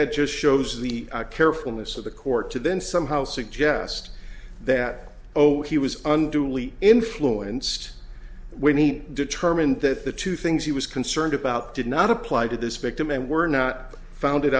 that just shows the carefulness of the court to then somehow suggest that oh he was unduly influenced winnie determined that the two things he was concerned about did not apply to this victim and were not founded